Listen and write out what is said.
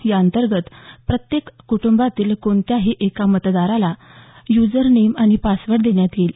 या अंतर्गत प्रत्येक कुटुंबातील कोणत्याही एका मतदारांना युजर नेम आणि पासवर्ड देण्यात येईल